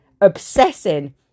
obsessing